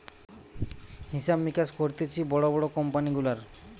হিসাব মিকাস করতিছে বড় বড় কোম্পানি গুলার